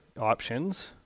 options